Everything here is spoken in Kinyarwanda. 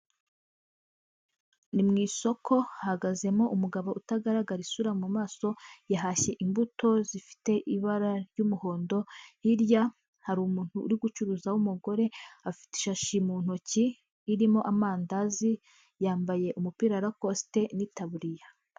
Ni mu isoko hahagazemo umugabo utagaragara isura mu maso, yahashye imbuto zifite ibara ry'umuhondo, hirya hari umuntu uri gucuruza w'umugore afite ishashi mu ntoki irimo amandazi, yambaye umupira wa rakosite n'itaburiya.